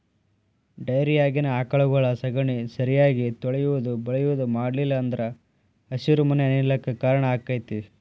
ಡೈರಿಯಾಗಿನ ಆಕಳಗೊಳ ಸಗಣಿ ಸರಿಯಾಗಿ ತೊಳಿಯುದು ಬಳಿಯುದು ಮಾಡ್ಲಿಲ್ಲ ಅಂದ್ರ ಹಸಿರುಮನೆ ಅನಿಲ ಕ್ಕ್ ಕಾರಣ ಆಕ್ಕೆತಿ